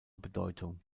bedeutung